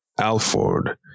Alford